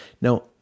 now